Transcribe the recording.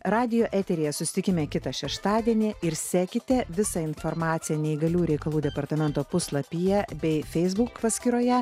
radijo eteryje susitikime kitą šeštadienį ir sekite visą informaciją neįgaliųjų reikalų departamento puslapyje bei feisbuk paskyroje